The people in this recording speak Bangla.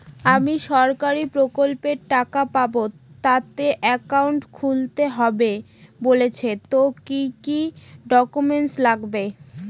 আমি সরকারি প্রকল্পের টাকা পাবো তাতে একাউন্ট খুলতে হবে বলছে তো কি কী ডকুমেন্ট লাগবে?